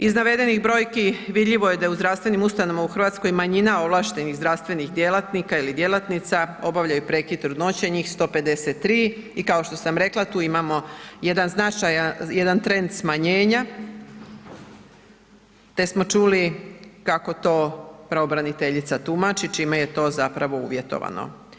Iz navedenih brojki vidljivo je da je u zdravstvenim ustanovama u Hrvatskoj manjina ovlaštenih zdravstvenih djelatnika ili djelatnica obavljaju prekid trudnoće, njih 153 i kao što rekla tu imamo jedan značajan, jedan trend smanjenja te smo čuli kako to pravobraniteljica tumači, čime je to zapravo uvjetovano.